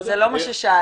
זה לא מה ששאלתי.